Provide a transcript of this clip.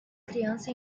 criança